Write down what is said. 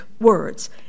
words